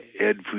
Ed